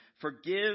Forgive